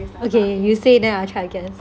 okay you say then I try to guess